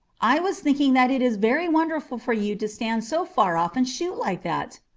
i was thinking that it is very wonderful for you to stand so far off and shoot like that.